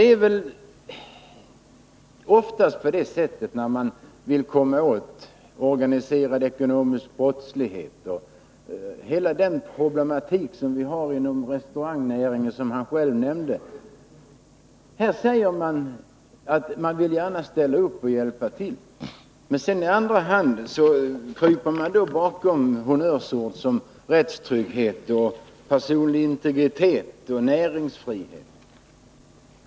När det gäller att komma åt organiserad ekonomisk brottslighet och hela den problematik som vi har inom restaurangnäringen och som Per Westerberg själv nämnde, är det oftast så att man säger att man gärna vill ställa upp och hjälpa till, men sedan kryper man bakom honnörsord som rättstrygghet, personlig integritet och näringsfrihet.